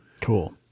Cool